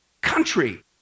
country